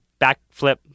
backflip